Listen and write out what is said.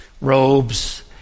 robes